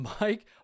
Mike